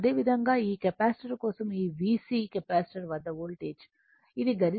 అదేవిధంగా ఈ కెపాసిటర్ కోసం ఈ VC కెపాసిటర్ వద్ద వోల్టేజ్ఇది గరిష్ట విలువ 127